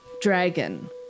dragon